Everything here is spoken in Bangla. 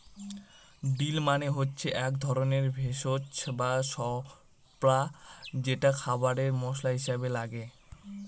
ডিল মানে হচ্ছে এক ধরনের ভেষজ বা স্বল্পা যেটা খাবারে মশলা হিসাবে লাগে